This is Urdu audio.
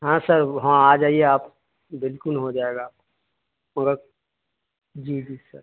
ہاں سر ہاں آ جائیے آپ بالکل ہو جائے گا مطلب جی جی سر